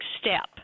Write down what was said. step